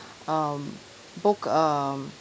um book um